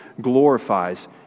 glorifies